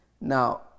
Now